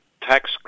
tax